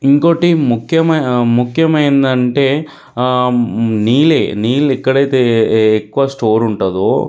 ఇంకోకటి ముఖ్యమై ముఖ్యమైందంటే నీళ్ళే నీళ్ళు ఎక్కడైతే ఎ ఎక్కువ స్టోర్ ఉంటుందో